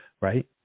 right